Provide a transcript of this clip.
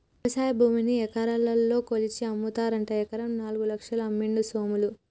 వ్యవసాయ భూమిని ఎకరాలల్ల కొలిషి అమ్ముతారట ఎకరం నాలుగు లక్షలకు అమ్మిండు సోములు